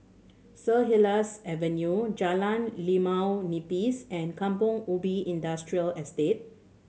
Saint Helier's Avenue Jalan Limau Nipis and Kampong Ubi Industrial Estate